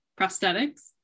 prosthetics